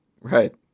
Right